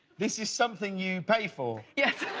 this is something you pay for? yes.